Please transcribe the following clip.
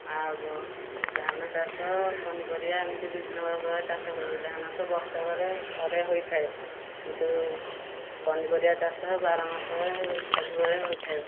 ଆଉ ଧାନ ଚାଷ ପନିପରିବା ଏମିତି ବିଭିନ୍ନ ପ୍ରକାର ଚାଷ କରୁ ଧାନ ତ ବର୍ଷକରେ ଥରେ ହୋଇଥାଏ କିନ୍ତୁ ପନିପରିବା ଚାଷ ବାର ମାସରେ ସବୁବେଳେ ହୋଇଥାଏ